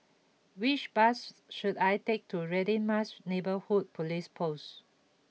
which bus should I take to Radin Mas Neighbourhood Police Post